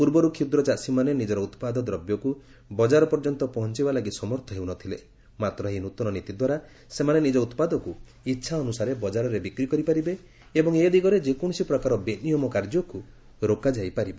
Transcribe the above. ପୂର୍ବରୁ କ୍ଷୁଦ୍ର ଚାଷୀମାନେ ନିଜର ଉତ୍ପାଦ ଦ୍ରବ୍ୟକୁ ବଜାର ପର୍ଯ୍ୟନ୍ତ ପହଞ୍ଚାଇବା ଲାଗି ସମର୍ଥ ହେଉ ନ ଥିଲେ ମାତ୍ର ଏହି ନ୍ନତନ ନୀତିଦ୍ୱାରା ସେମାନେ ନିକ ଉତ୍ପାଦକୁ ଇଚ୍ଛା ଅନୁସାରେ ବଜାରରେ ବିକ୍ରି କରିପାରିବେ ଏବଂ ଏଦିଗରେ ଯେକୌଣସି ପ୍ରକାର ବେନିୟମ କାର୍ଯ୍ୟକୁ ରୋକାଯାଇପାରିବ